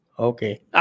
okay